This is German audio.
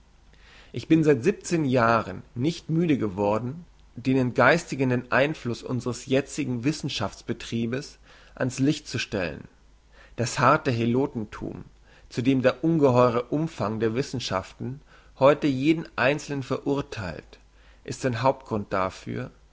ich bin seit siebzehn jahren nicht müde geworden den entgeistigenden einfluss unsres jetzigen wissenschafts betriebs an's licht zu stellen das harte helotenthum zu dem der ungeheure umfang der wissenschaften heute jeden einzelnen verurtheilt ist ein hauptgrund dafür